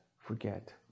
forget